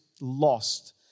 lost